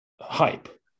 Hype